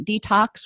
detox